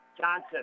Johnson